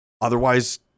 Otherwise